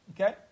Okay